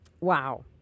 Wow